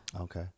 Okay